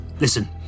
Listen